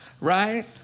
right